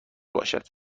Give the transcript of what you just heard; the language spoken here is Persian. باشد